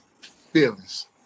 feelings